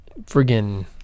friggin